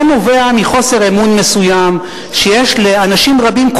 זה נובע מחוסר אמון מסוים שיש לאנשים רבים,